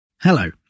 Hello